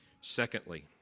Secondly